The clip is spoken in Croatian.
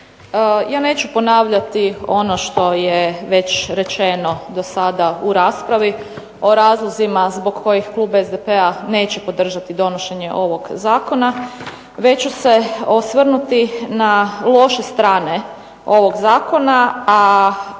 Ja neću ponavljati ono što je već rečeno do sada u raspravi, o razlozima zbog kojih klub SDP-a neće podržati donošenje ovog zakona, već ću se osvrnuti na loše strane ovog zakona,